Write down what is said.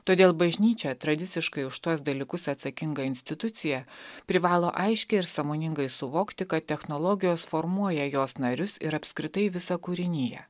todėl bažnyčia tradiciškai už tuos dalykus atsakinga institucija privalo aiškiai ir sąmoningai suvokti kad technologijos formuoja jos narius ir apskritai visą kūriniją